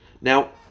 Now